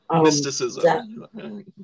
mysticism